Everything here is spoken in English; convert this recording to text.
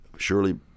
surely